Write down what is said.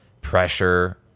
pressure